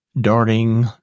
darting